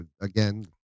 again